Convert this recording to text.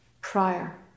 prior